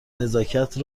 نزاکت